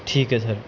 ਠੀਕ ਹੈ ਸਰ